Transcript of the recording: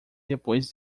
depois